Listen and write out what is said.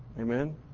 Amen